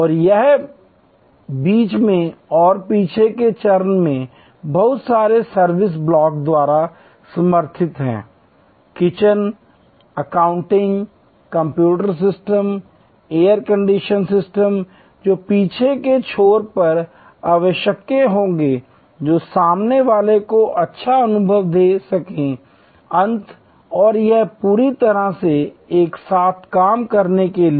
और यह बीच में और पीछे के चरण में बहुत सारे सर्विस ब्लॉक द्वारा समर्थित है kitchen accounting computer system air condition system जो पीछे के छोर पर आवश्यक होगा जो सामने वाले को अच्छा अनुभव दे सके अंत और यह पूरी तरह से एक साथ काम करने के लिए